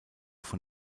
von